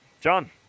John